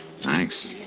Thanks